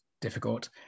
difficult